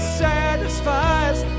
satisfies